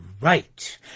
right